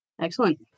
Excellent